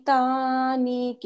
Tani